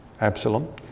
Absalom